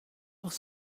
los